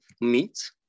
meat